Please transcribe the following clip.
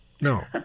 No